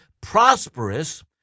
prosperous